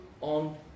on